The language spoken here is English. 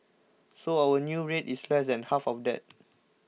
so our new rate is less than half of that